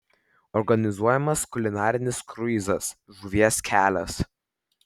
organizuojamas kulinarinis kruizas žuvies kelias